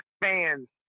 fans